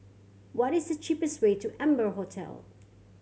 what is the cheapest way to Amber Hotel